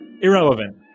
irrelevant